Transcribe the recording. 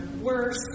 worse